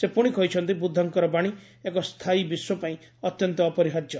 ସେ ପୁଣି କହିଛନ୍ତି ବୁଦ୍ଧଙ୍କର ବାଣୀ ଏକ ସ୍ଥାୟୀ ବିଶ୍ୱ ପାଇଁ ଅତ୍ୟନ୍ତ ଅପରିହାର୍ଯ୍ୟ